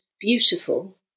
beautiful